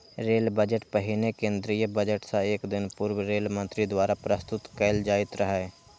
rail budget पहिने केंद्रीय budget सं एक दिन पूर्व रेल मंत्री द्वारा प्रस्तुत कैल जाइत रहै